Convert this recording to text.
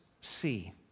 see